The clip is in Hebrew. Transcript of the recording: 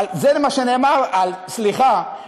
זה מה שנאמר על סליחה,